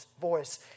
voice